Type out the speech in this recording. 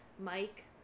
Mike